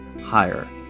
higher